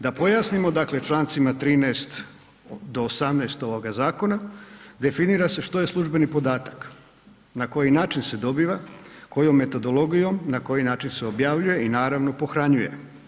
Da pojasnimo, dakle Člancima 13. do 18. ovoga zakona definira se što je službeni podatak, na koji način se dobiva, kojom metodologijom, na koji način se objavljuje i naravno pohranjuje.